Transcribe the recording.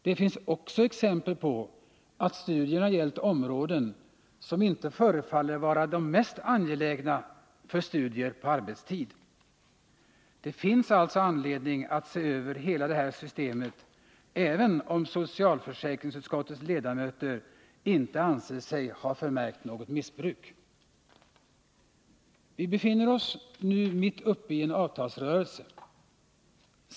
Det finns också exempel på att studierna gällt områden som inte förefaller vara de mest angelägna för studier på arbetstid. Det finns alltså anledning att se över hela det här systemet, även om socialförsäkringsutskottets ledamöter inte anser sig ha förmärkt något missbruk. Vi befinner oss nu mitt uppe i en avtalsrörelse.